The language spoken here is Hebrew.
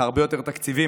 הרבה יותר תקציבים,